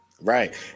right